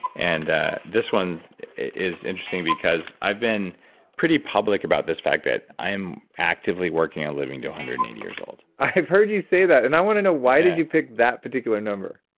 and ah this one is interesting because i've been pretty public about this fact that i am actively working on living to one hundred and eighty years old i've heard you say that, and i want to know why did you pick that particular number?